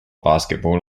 basketball